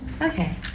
Okay